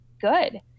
good